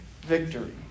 victory